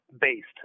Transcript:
based